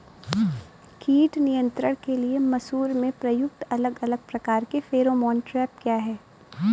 कीट नियंत्रण के लिए मसूर में प्रयुक्त अलग अलग प्रकार के फेरोमोन ट्रैप क्या है?